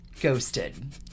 Ghosted